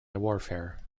warfare